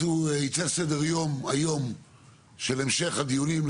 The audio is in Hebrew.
ייצא סדר-יום היום של המשך הדיונים.